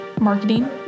marketing